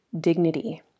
dignity